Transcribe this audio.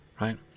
right